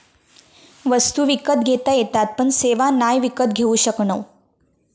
वस्तु विकत घेता येतत पण सेवा नाय विकत घेऊ शकणव